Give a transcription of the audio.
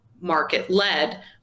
market-led